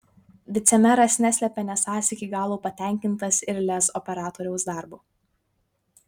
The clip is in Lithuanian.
vicemeras neslepia nesąs iki galo patenkintas ir lez operatoriaus darbu